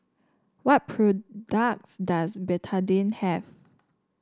what products does Betadine have